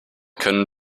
können